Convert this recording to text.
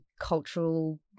cultural